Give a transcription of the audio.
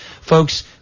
Folks